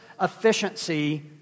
efficiency